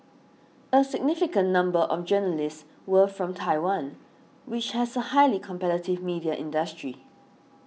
a significant number of the journalists were from Taiwan which has a highly competitive media industry